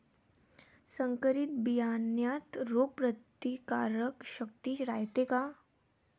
संकरित बियान्यात रोग प्रतिकारशक्ती रायते का?